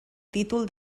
títol